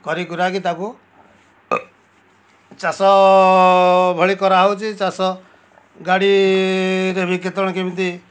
କରିକୁରା ତାକୁ ଚାଷ ଭଳି କରାହେଉଛି ଚାଷ ଗାଡ଼ିରେ ବି କେତେବେଳେ କେମିତି